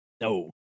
no